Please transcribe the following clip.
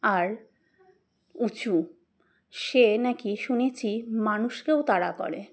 আর উঁচু সে নাকি শুনেছি মানুষকেও তারা করে